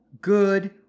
good